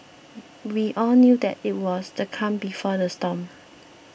we all knew that it was the calm before the storm